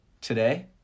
today